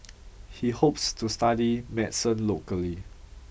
he hopes to study medicine locally